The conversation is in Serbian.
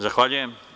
Zahvaljujem.